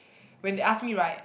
when they ask me right